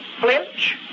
flinch